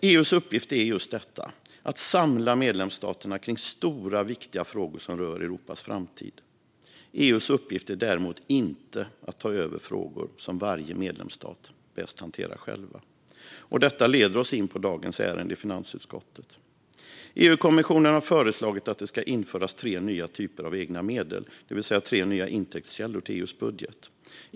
EU:s uppgift är just detta - att samla medlemsstaterna kring stora, viktiga frågor som rör Europas framtid. EU:s uppgift är däremot inte att ta över frågor som varje medlemsstat bäst hanterar själv. Detta leder oss in på dagens ärende i finansutskottet. EU-kommissionen har föreslagit att det ska införas tre nya typer av egna medel, det vill säga tre nya intäktskällor till EU:s budget.